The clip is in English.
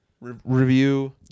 review